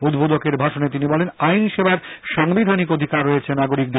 উদ্বোধকের ভাষণে তিনি বলেন আইন সেবার সাংবিধানিক অধিকার রয়েছে নাগরিকদের